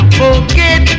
forget